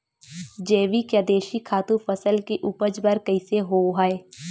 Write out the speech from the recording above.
जैविक या देशी खातु फसल के उपज बर कइसे होहय?